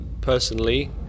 personally